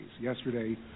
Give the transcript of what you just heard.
yesterday